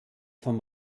vom